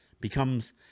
becomes